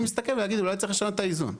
להסתכל ולהגיד אולי צריך לשנות את האיזון.